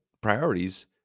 Priorities